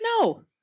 No